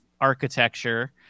architecture